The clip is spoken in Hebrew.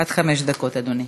עד חמש דקות, אדוני.